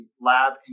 lab